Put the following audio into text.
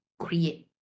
create